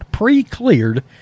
pre-cleared